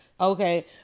Okay